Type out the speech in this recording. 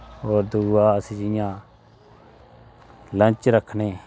और दूआ अस जियां लन्च रक्खने